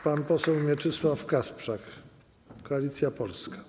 Pan poseł Mieczysław Kasprzak, Koalicja Polska.